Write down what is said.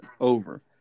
over